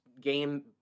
game